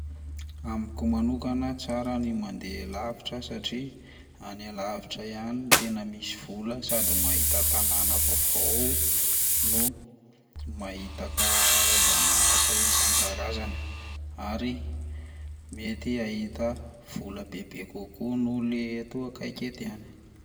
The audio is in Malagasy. Amiko manokana tsara ny mandeha lavitra satria any alavitra ihany no tena misy vola sady mahita tànana vaovao no mahita karazana asa isan-karazany ary mety ahita vola bebe kokoa noho le eto akaiky eto ihany.